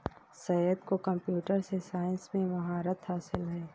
सैयद को computer science में महारत हासिल है